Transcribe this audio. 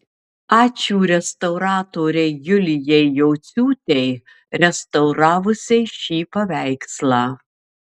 ačiū restauratorei julijai jociūtei restauravusiai šį paveikslą